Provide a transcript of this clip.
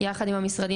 יחד עם המשרדים,